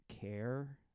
care